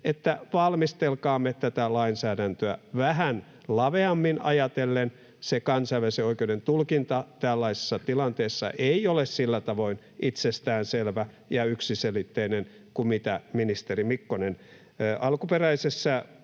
että valmistelkaamme tätä lainsäädäntöä vähän laveammin ajatellen. Se kansainvälisen oikeuden tulkinta tällaisissa tilanteissa ei ole sillä tavoin itsestään selvä ja yksiselitteinen kuin mitä ministeri Mikkonen alkuperäisessä